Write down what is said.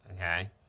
Okay